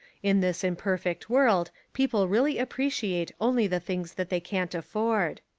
in this imperfect world people really appreciate only the things that they can't afford.